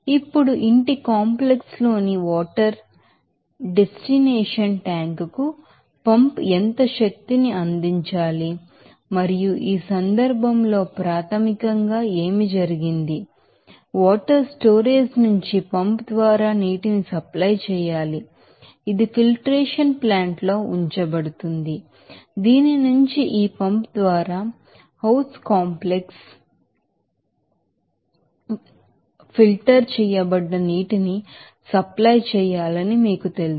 ఇప్పుడు ఇంటి కాంప్లెక్స్ లోని వాటర్ డెస్టినేషన్ ట్యాంక్ కు పంప్ ఎంత శక్తిని అందించాలి మరియు ఈ సందర్భంలో ప్రాథమికంగా ఏమి జరిగింది వాటర్ స్టోరేజీ ట్యాంక్ నుంచి పంప్ ద్వారా నీటిని సప్లై చేయాలి ఇది ఫిల్టరేషన్ ప్లాంట్ లో ఉంచబడుతుంది దీని నుంచి ఈ పంప్ ద్వారా హౌస్ కాంప్లెక్స్ కు ఫిల్టర్ చేయబడ్డ నీటిని సప్లై చేయాలని మీకు తెలుసు